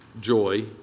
joy